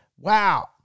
Wow